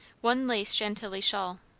one lace chantilly shawl.